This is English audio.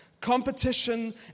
Competition